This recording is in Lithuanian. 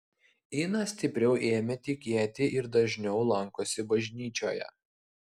ina stipriau ėmė tikėti ir dažniau lankosi bažnyčioje